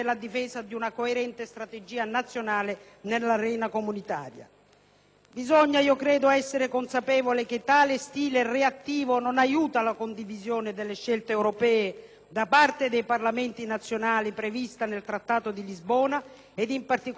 Bisogna essere consapevoli che tale stile reattivo non aiuta la condivisione delle scelte europee da parte dei Parlamenti nazionali prevista nel Trattato di Lisbona ed in particolare nuoce alla trasparenza e al coinvolgimento dell'opinione pubblica.